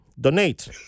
Donate